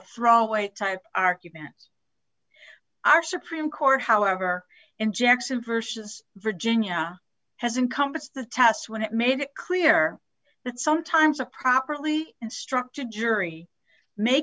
throw away type arguments are supreme court however in jackson versus virginia hasn't compass the test when it made it clear that sometimes a properly constructed jury may